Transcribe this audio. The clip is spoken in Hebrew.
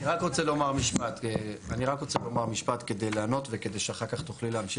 אני רק רוצה לומר משפט כדי לענות וכדי שאחר כך תוכלי להמשיך,